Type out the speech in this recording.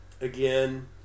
Again